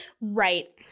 Right